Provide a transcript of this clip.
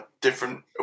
different